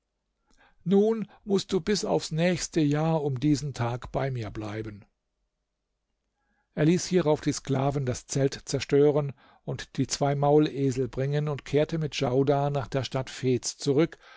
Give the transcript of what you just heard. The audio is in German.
nun mußt du bis aufs nächste jahr um diesen tag bei mir bleiben er ließ hierauf die sklaven das zelt zerstören und die zwei maulesel bringen und kehrte mit djaudar nach der stadt fez zurück